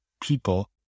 people